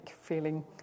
feeling